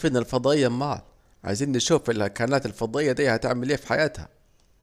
الكائنات الفضائية امال، عايزين نشوف الكائنات الفضائية ديه هتعمل ايه في حياتها